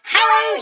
Hello